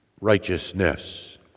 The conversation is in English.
righteousness